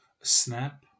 Snap